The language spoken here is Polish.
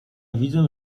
widzę